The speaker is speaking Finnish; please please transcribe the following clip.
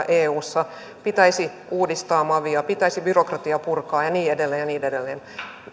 eussa pitäisi uudistaa mavia pitäisi byrokratiaa purkaa ja niin edelleen ja niin edelleen